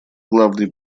главный